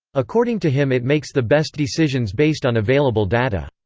according to him it makes the best decisions based on available data.